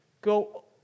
go